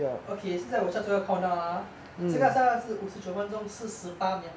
okay 现在我 start 那个 countdown ah 这个下来是五十九分钟四十八秒